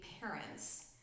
parents